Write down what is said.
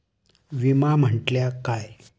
विमा म्हटल्या काय?